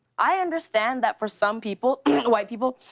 i understand that for some people white people.